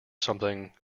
something